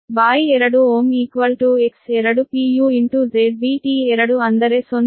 ಆದ್ದರಿಂದ X2Ω X2 ZBT2 ಅಂದರೆ 0